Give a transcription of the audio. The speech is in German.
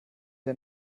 der